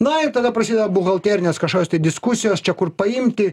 na ir tada prasideda buhalterinės kašokios tai diskusijos čia kur paimti